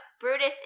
Brutus